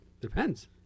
Depends